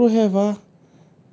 oh ya tomorrow have ah